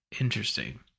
Interesting